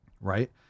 right